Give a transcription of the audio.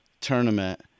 tournament